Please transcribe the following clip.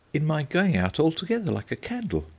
in my going out altogether, like a candle.